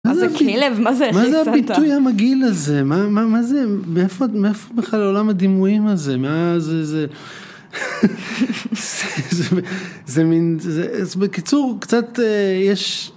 כלב, מה זה הביטוי המגעיל הזה, מה זה, מאיפה בכלל עולם הדימויים הזה, מה זה, זה. זה מין, זה, אז בקיצור, קצת יש.